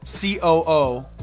COO